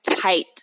tight